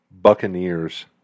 Buccaneers